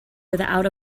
without